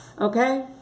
okay